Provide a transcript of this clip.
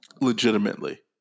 legitimately